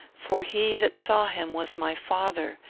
for he that saw him was my father,